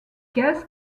gas